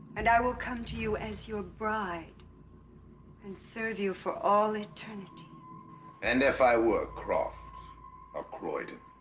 and i will come to you as your bride and serve you for all eternity and if i were croft or croydon